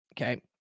Okay